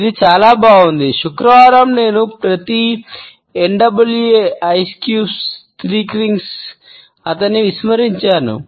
ఇది చాలా బాగుంది శుక్రవారం నేను ప్రతి యెన్ డబ్ల్యూ ఏ అతన్ని విస్మరించాను